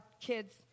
kids